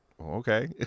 Okay